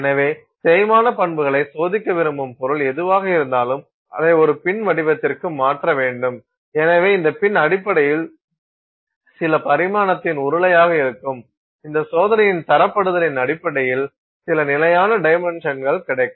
எனவே தேய்மான பண்புகளை சோதிக்க விரும்பும் பொருள் எதுவாக இருந்தாலும் அதை ஒரு பின் வடிவத்திற்கு மாற்ற வேண்டும் எனவே இந்த பின் அடிப்படையில் சில பரிமாணத்தின் உருளையாக இருக்கும் இந்த சோதனையின் தரப்படுத்தலின் அடிப்படையில் சில நிலையான டைமென்ஷன்ஸ் கிடைக்கும்